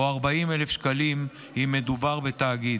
או 40,000 שקלים אם מדובר בתאגיד.